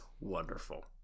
wonderful